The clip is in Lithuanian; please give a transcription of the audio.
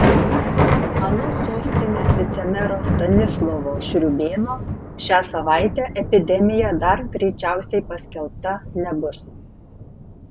anot sostinės vicemero stanislovo šriūbėno šią savaitę epidemija dar greičiausiai paskelbta nebus